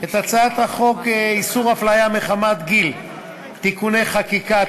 את הצעת חוק איסור הפליה מחמת גיל (תיקוני חקיקה),